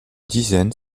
dizaine